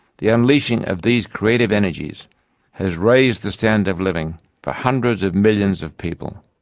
the unleashing of these creative energies has raised the standard of living for hundreds of millions of people,